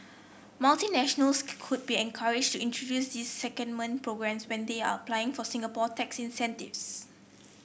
multinationals could be encouraged to introduce these secondment programmes when they are applying for Singapore tax incentives